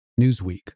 Newsweek